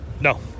No